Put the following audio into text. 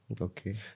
Okay